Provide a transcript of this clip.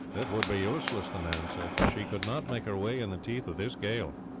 it would be useless, the man said. she could not make her way in the teeth of this gale.